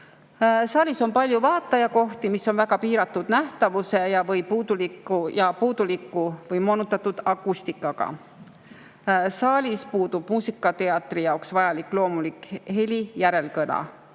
Saalis on palju vaatajakohti, mis on väga piiratud nähtavuse ja puuduliku või moonutatud akustikaga. Saalis puudub muusikateatri jaoks vajalik loomulik heli järelkõla.